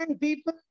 people